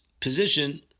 position